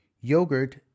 Yogurt